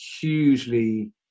hugely